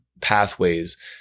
pathways